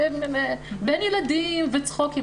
בין ילדים וצחוקים.